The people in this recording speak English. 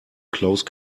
close